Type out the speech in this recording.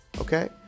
okay